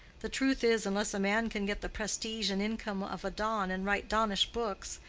the truth is, unless a man can get the prestige and income of a don and write donnish books,